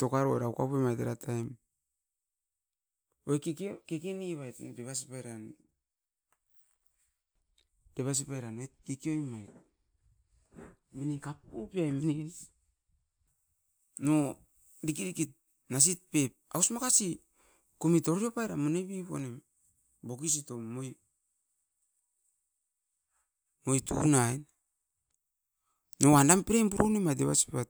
Tokaro era uka puemait era oit keke noit mait, devasipairan oit keke oimait mine kapupeai mine, no diki rikit nasit pep aus moino na? Kumit boxisitom mone puai, eram devasi pat